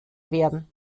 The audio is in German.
werden